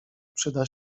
przyda